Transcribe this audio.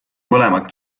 mõlemad